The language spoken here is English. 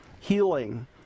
healing